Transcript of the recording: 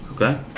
Okay